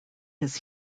his